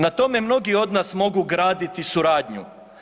Na tome mnogi od nas mogu graditi suradnju.